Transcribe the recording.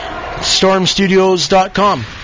stormstudios.com